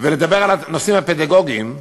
ולדבר על הנושאים הפדגוגיים,